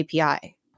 API